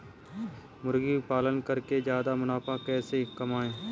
मुर्गी पालन करके ज्यादा मुनाफा कैसे कमाएँ?